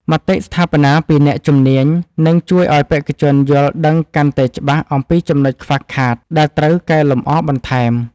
មតិស្ថាបនាពីអ្នកជំនាញនឹងជួយឱ្យបេក្ខជនយល់ដឹងកាន់តែច្បាស់អំពីចំណុចខ្វះខាតដែលត្រូវកែលម្អបន្ថែម។